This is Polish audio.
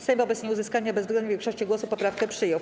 Sejm wobec nieuzyskania bezwzględnej większości głosów poprawkę przyjął.